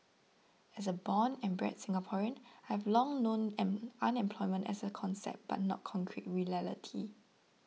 as a born and bred Singaporean I have long known an unemployment as a concept but not concrete reality